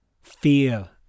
Fear